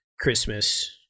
christmas